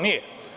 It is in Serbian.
Nije.